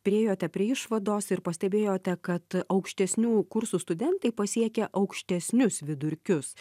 priėjote prie išvados ir pastebėjote kad aukštesnių kursų studentai pasiekia aukštesnius vidurkius